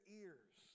ears